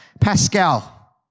Pascal